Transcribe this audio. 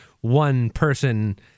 one-person